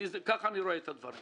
כך אני רואה את הדברים.